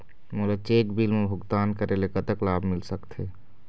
मोला check bill मा भुगतान करेले कतक लाभ मिल सकथे?